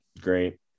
Great